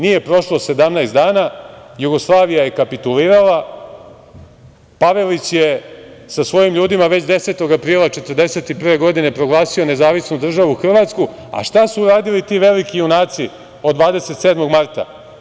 Nije prošlo 17 dana, Jugoslavija je kapitulirala, Pavelić je sa svojim ljudima već 10. aprila 1941. godine proglasio NDH, a šta su radili ti veliki junaci od 27. marta?